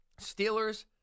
Steelers